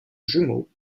jumeaux